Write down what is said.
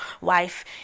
wife